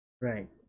right